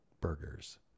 burgers